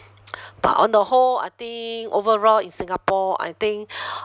but on the whole I think overall in singapore I think